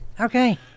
Okay